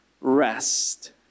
rest